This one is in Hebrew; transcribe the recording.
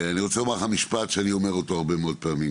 אני רוצה לומר לך משפט שאני אומר אותו הרבה מאוד פעמים,